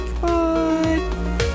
Bye